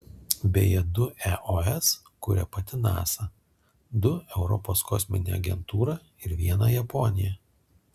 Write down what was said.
beje du eos kuria pati nasa du europos kosminė agentūra ir vieną japonija